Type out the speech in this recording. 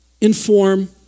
inform